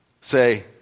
Say